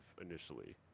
initially